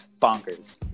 bonkers